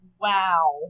Wow